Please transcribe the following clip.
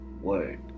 word